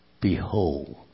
behold